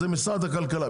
אז משרד הכלכלה.